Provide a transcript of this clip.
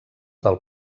del